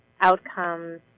outcomes